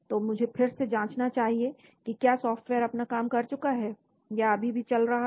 तो मुझे फिर से जांचना चाहिए कि क्या सॉफ्टवेयर अपना काम कर चुका है या अभी भी चल रहा है